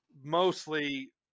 mostly